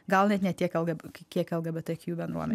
gal ne tiek elg kiek lgbtq bendruomenei